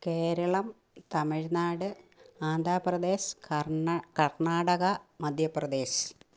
കേരളം തമിഴ്നാട് ആന്ധ്രാപ്രദേശ് കർണ്ണ കർണാടക മധ്യപ്രദേശ്